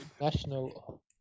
national